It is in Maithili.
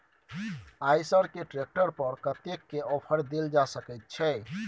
आयसर के ट्रैक्टर पर कतेक के ऑफर देल जा सकेत छै?